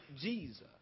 Jesus